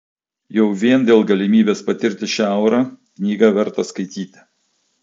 jau vien dėl galimybės patirti šią aurą knygą verta skaityti